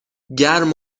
گرم